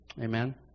Amen